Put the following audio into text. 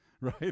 right